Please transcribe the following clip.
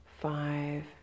five